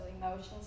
emotions